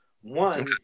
One